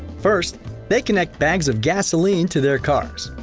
first they connect bags of gasoline to their cars.